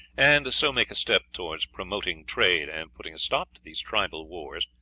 and so make a step towards promoting trade and putting a stop to these tribal wars,